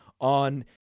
on